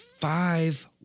five